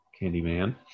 Candyman